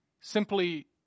simply